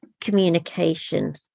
communication